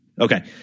Okay